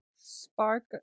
Spark